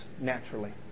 naturally